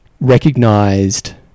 recognised